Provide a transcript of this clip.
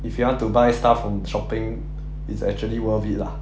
if you want to buy stuff on shopping it's actually worth it lah